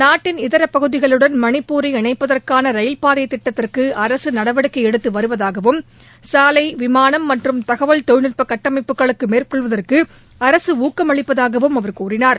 நாட்டின் இதர பகுதிகளுடன் மணிப்பூரை இணைப்பதற்கான ரயில்பாதை திட்டத்திற்கு அரசு நடவடிக்கை எடுத்து வருவதாகவும் சாலை விமானம் மற்றும் தகவல் தொழில்நட்ப கட்டமைப்புகளை மேற்கொள்வதற்கு அரசு ஊக்கம் அளிப்பதாகவும் அவர் கூறினார்